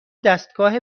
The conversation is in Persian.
دستگاه